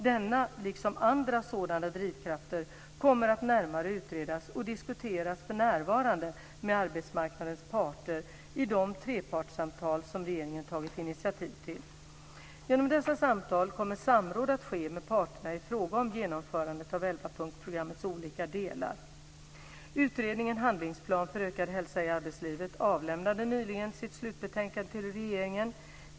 Denna liksom andra sådana drivkrafter kommer att närmare utredas och diskuteras för närvarande med arbetsmarknadens parter i de trepartssamtal som regeringen tagit initiativ till. Genom dessa samtal kommer samråd att ske med parterna i fråga om genomförandet av elvapunktsprogrammets olika delar. Utredningen Handlingsplan för ökad hälsa i arbetslivet avlämnade nyligen sitt slutbetänkande till regeringen .